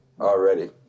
already